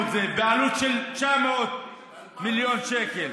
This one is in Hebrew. ב-50% העלינו את זה, בעלות של 900 מיליון שקל.